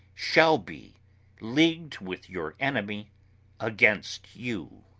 shall be leagued with your enemy against you.